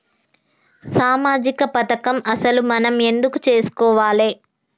సామాజిక పథకం అసలు మనం ఎందుకు చేస్కోవాలే?